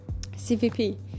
CVP